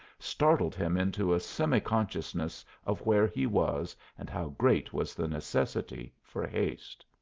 startled him into a semi-consciousness of where he was and how great was the necessity for haste.